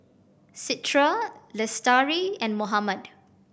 Citra Lestari and Muhammad